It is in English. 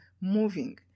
moving